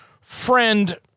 friend